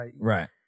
right